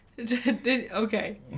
okay